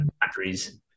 batteries